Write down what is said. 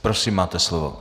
Prosím, máte slovo.